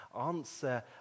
answer